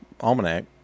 Almanac